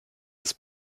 des